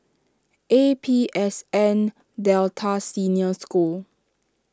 A P S N Delta Senior School